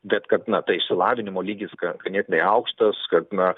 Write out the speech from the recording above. bet kad na tai išsilavinimo lygis ga ganėtinai aukštas kad na